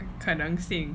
可能性